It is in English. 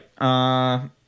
right